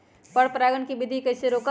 पर परागण केबिधी कईसे रोकब?